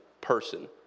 person